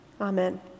Amen